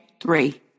Three